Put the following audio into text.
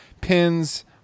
Pins